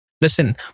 Listen